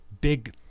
big